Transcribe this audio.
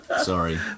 Sorry